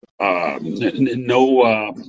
no